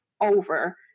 over